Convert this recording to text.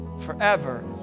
forever